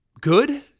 good